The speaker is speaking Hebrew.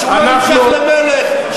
שהוא לא נמשח למלך?